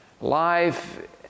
life